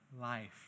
life